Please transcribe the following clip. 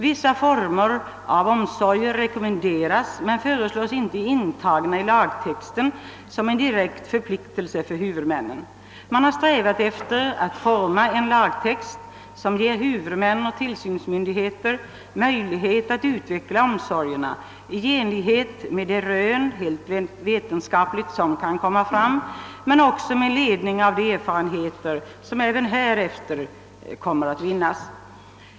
Vissa former av omsorger rekommenderas men föreslås inte intagna i lagtexten som en direkt förpliktelse för huvudmännen. Man har strävat efter att forma en lagtext som ger huvudmännen och tillsynsmyndigheterna möjlighet att utveckla omsorgerna i enlighet med de vetenskapliga rön som kan göras och de erfarenheter som även härefter kan vinnas.